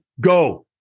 go